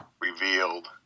revealed